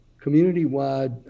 community-wide